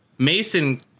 Mason